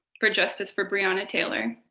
for justice for breonna taylor.